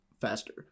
faster